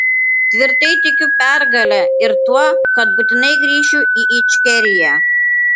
tvirtai tikiu pergale ir tuo kad būtinai grįšiu į ičkeriją